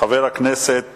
חבר הכנסת